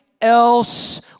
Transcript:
else